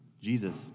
Jesus